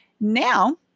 Now